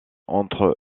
entre